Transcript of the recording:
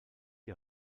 die